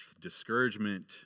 discouragement